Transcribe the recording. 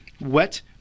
wet